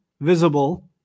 visible